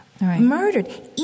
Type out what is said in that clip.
murdered